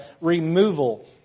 removal